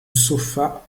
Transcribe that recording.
sofa